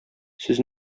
сез